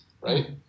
right